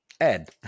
ed